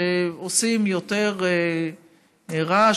שעושים יותר רעש,